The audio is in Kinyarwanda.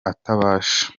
atabasha